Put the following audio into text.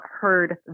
heard